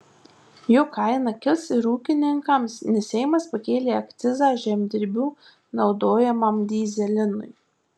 jo kaina kils ir ūkininkams nes seimas pakėlė akcizą žemdirbių naudojamam dyzelinui